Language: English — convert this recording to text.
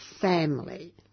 family